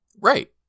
Right